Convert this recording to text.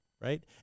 right